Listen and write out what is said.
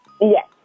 Yes